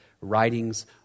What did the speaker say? writings